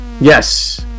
Yes